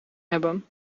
hebben